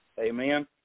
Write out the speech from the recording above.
Amen